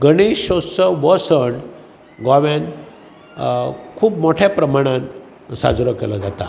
गणेश उत्सव हो सण गोंयांत खूब मोट्या प्रमाणान साजरो केलो जाता